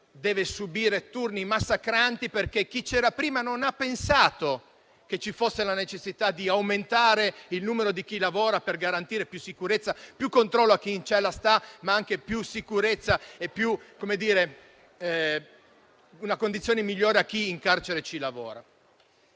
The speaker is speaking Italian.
deve subire turni massacranti perché chi c'era prima non ha pensato che ci fosse la necessità di aumentare il numero dei lavoratori per garantire più sicurezza e più controllo a chi sta in cella, ma anche più sicurezza e una condizione migliore a chi lavora